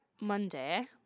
Monday